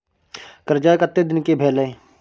कर्जा कत्ते दिन के भेलै?